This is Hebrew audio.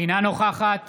אינה נוכחת